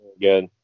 good